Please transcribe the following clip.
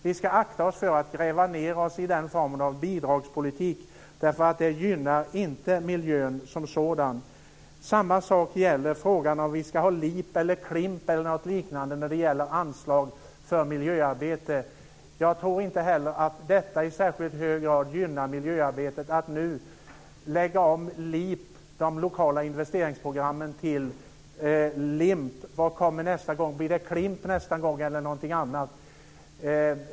Vi ska akta oss för att gräva ned oss i den formen av bidragspolitik, för det gynnar inte miljön som sådan. Samma sak gäller i frågan om vi ska ha LIP eller något liknande när det gäller anslag för miljöarbete. Jag tror inte att det i särskilt hög grad gynnar miljöarbetet att nu lägga om de lokala investeringsprogrammen, LIP, till LINP. Blir det KLIMP nästa gång, eller någonting annat?